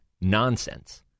nonsense